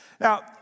Now